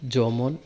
Jomon